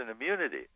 immunity